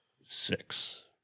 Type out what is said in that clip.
Six